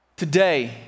Today